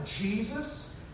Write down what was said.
Jesus